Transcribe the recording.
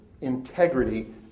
integrity